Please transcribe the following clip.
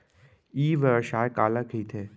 ई व्यवसाय काला कहिथे?